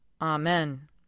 Amen